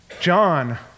John